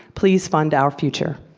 please fund our future.